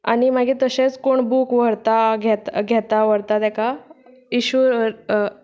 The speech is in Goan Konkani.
आनी मागी तशेच कोण बूक व्हरता घेता घेता व्हरता ताका इशू